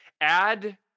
Add